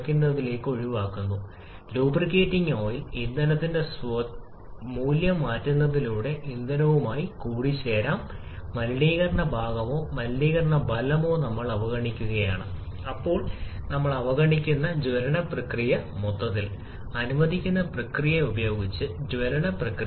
ഇവയെക്കുറിച്ചുള്ള സൈദ്ധാന്തിക പ്രവചനം ലഭിക്കാൻ മൂല്യങ്ങൾ നമുക്ക് വ്യത്യസ്ത ജ്വലന ചാർട്ടുകൾ ഉപയോഗിക്കാം ഇപ്പോൾ ഡിജിറ്റൽ കമ്പ്യൂട്ടറുകളുള്ള ഒരു ദിവസം നമ്മൾ വിശദമായ ജ്വലന വിശകലനത്തിനായി എളുപ്പത്തിൽ പോകാനാകും